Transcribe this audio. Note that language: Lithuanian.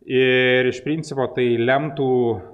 ir iš principo tai lemtų